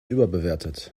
überbewertet